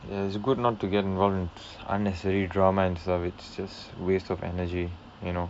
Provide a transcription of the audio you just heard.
there's good not to get involved in unnecessary drama and stuff it's just waste of energy you know